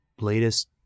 latest